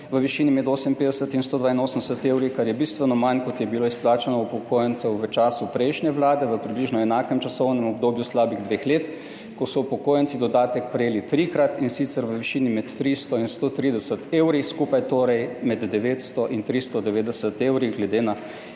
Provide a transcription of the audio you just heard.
v višini med 58 in 182 evri, kar je bistveno manj, kot je bilo izplačano upokojencem v času prejšnje vlade v približno enakem časovnem obdobju slabih dveh let, ko so upokojenci dodatek prejeli trikrat, in sicer v višini med 300 in 130 evri, skupaj torej med 900 in 390 evri glede na